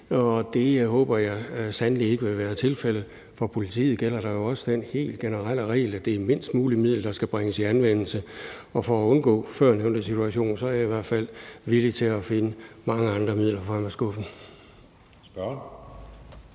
det håber jeg sandelig ikke vil være tilfældet. For politiet gælder der jo også den helt generelle regel, at det er de mindst mulige midler, der skal bringes i anvendelse, og for at undgå førnævnte situation er jeg i hvert fald villig til at finde mange andre midler frem af skuffen.